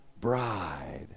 bride